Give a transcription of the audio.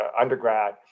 undergrad